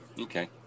Okay